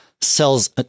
sells